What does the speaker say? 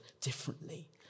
differently